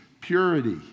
purity